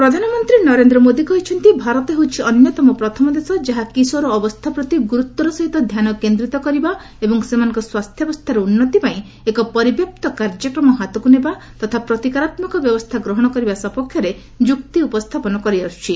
ରିଭ୍ ପିଏମ୍ ପ୍ରଧାନମନ୍ତ୍ରୀ ନରେନ୍ଦ୍ର ମୋଦି କହିଛନ୍ତି ଭାରତ ହେଉଛି ଅନ୍ୟତମ ପ୍ରଥମ ଦେଶ ଯାହା କିଶୋର ଅବସ୍ଥା ପ୍ରତି ଗୁରୁତର ସହିତ ଧ୍ୟାନ କେନ୍ଦ୍ରୀତ କରିବା ଏବଂ ସେମାନଙ୍କ ସ୍ୱାସ୍ଥ୍ୟାବସ୍ଥାର ଉନ୍ନତି ପାଇଁ ଏକ ପରିବ୍ୟାପ୍ତ କାର୍ଯ୍ୟକ୍ରମ ହାତକୁ ନେବା ତଥା ପ୍ରତିକାରାତ୍ମକ ବ୍ୟବସ୍ଥା ଗ୍ରହଣ କରିବା ସପକ୍ଷରେ ଯୁକ୍ତି ଉପସ୍ଥାପନ କରିଆସୁଛି